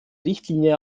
richtlinie